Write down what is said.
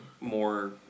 more